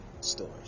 stores